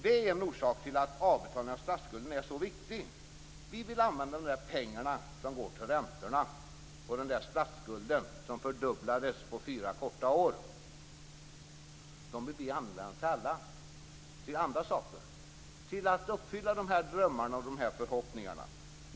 Det är en orsak till att avbetalningar på statsskulden är så viktiga. Vi vill använda de pengar som nu går till räntor på statsskulden - som fördubblades på fyra korta år - till andra saker, till att uppfylla dessa drömmar och förhoppningar.